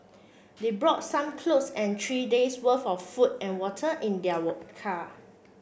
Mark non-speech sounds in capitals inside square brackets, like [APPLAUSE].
they brought some clothes and three days' worth of food and water in their [UNINTELLIGIBLE] car